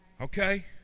Okay